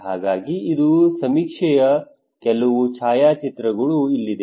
ಹಾಗಾಗಿ ಇದು ಸಮೀಕ್ಷೆಯ ಕೆಲವು ಛಾಯಾಚಿತ್ರಗಳು ಇಲ್ಲಿದೆ